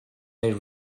they